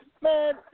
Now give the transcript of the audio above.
Man